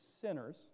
sinners